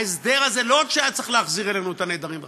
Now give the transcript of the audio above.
ההסדר הזה לא רק שהיה צריך להחזיר אלינו את הנעדרים והחיילים,